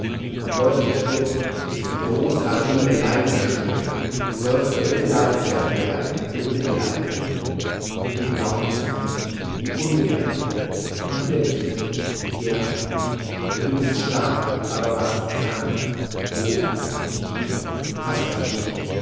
man wollte dich ducken dich in die große armee der leidenden schmuggeln du solltest bemitleidenswert werden und bemitleiden und du glaubtest ihnen wie ungern und wieder nicht wie gern denn du bist stark aber warst krank wo wie was weiß ich